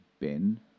Ben